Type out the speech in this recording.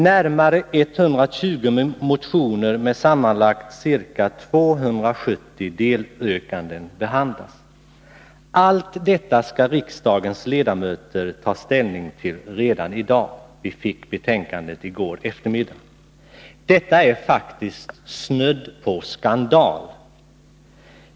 Närmare 120 motioner med sammanlagt ca 270 delyrkanden behandlas i betänkandet. Allt detta skall riksdagens ledamöter ta ställning till redan i dag — vi fick alltså betänkandet i går eftermiddag. Detta är faktiskt snudd på skandal.